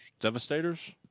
Devastators